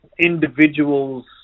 individuals